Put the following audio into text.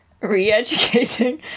re-educating